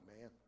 man